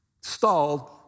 stalled